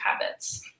habits